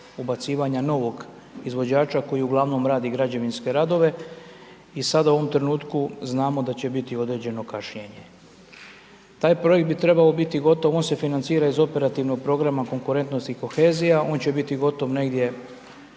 ubacivanja novog izvođača koji uglavnom radi građevinske radove i sad u ovom trenutku znamo da će biti određeno kašnjenje. Taj projekt bi trebao biti gotov, on se financira iz Operativnog programa Konkurentnost i kohezija, on će biti gotov negdje